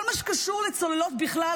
כל מה שקשור לצוללות בכלל,